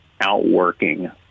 outworking